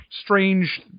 strange